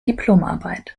diplomarbeit